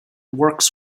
works